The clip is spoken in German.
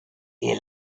ihr